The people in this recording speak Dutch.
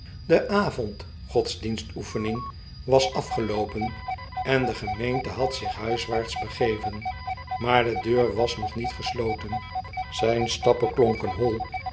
de avondgodsdienstoefening was afgeloopen en de gemeente had zich huiswaarts begeven maar de deur was nog niet gesloten zijn stappen klonken hoi